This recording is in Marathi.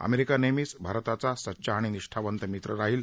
अमेरिका नेहमीच भारताचा सच्चा आणि निष्ठावंत मित्र राहील